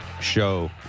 show